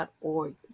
.org